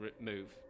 move